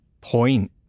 point